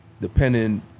depending